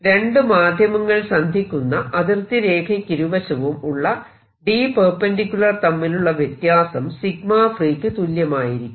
രണ്ടു മാധ്യമങ്ങൾ സന്ധിക്കുന്ന അതിർത്തി രേഖയ്ക്കിരുവശവും ഉള്ള D⟂ തമ്മിലുള്ള വ്യത്യാസം 𝜎 free യ്ക്കു തുല്യമായിരിക്കും